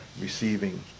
receiving